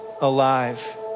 alive